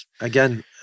again